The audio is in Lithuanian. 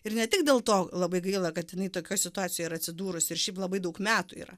ir ne tik dėl to labai gaila kad jinai tokioj situacijoj yra atsidūrusi ir šiaip labai daug metų yra